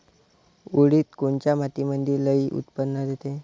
उडीद कोन्या मातीमंदी लई उत्पन्न देते?